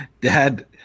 Dad